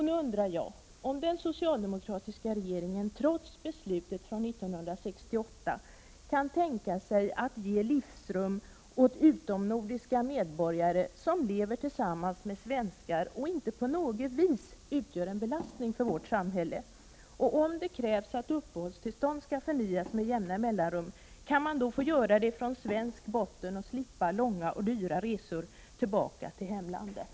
Nu undrar jag om den socialdemokratiska regeringen trots beslutet från 1968 kan tänka sig att ge livsrum åt utomnordiska medborgare som lever tillsammans med svenskar och inte på något sätt utgör en belastning för vårt samhälle. Om det krävs att uppehållstillståndet förnyas med jämna mellanrum, kan man då få ansöka från svensk botten och slippa långa och dyra resor tillbaka till hemlandet?